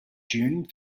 june